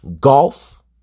golf